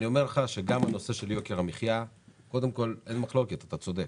על הנושא של יוקר המחייה אין מחלוקת, אתה צודק.